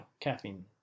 caffeine